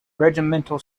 regimental